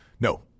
No